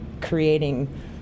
creating